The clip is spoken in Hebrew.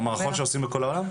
מערכות שעושים בכל העולם?